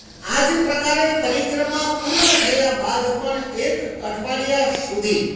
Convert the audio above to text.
આ જ પ્રકારે પરિક્રમા પરિક્રમા પૂર્ણ થયા બાદ પણ એક અઠવાડિયા સુધી